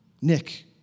Nick